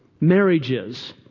marriages